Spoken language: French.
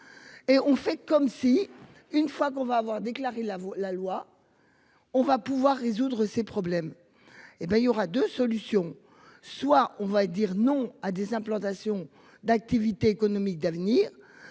Et on fait comme si, une fois qu'on va avoir déclaré la la loi. On va pouvoir résoudre ces problèmes. Et ben il y aura 2 solutions, soit on va dire non à des implantations d'activités économiques d'avenir